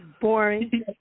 boring